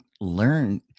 learn